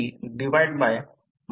4 ampere बनू शकेल